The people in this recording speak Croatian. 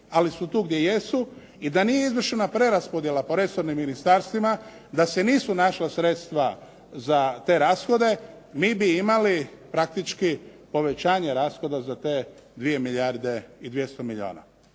ali su tu gdje jesu, i da nije izvršena preraspodjela po resornim ministarstvima, da se nisu našla sredstva za te rashode mi bi imali praktički povećanje rashoda za te 2 milijarde i 200 milijuna